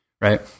Right